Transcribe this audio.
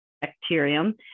bacterium